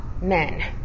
men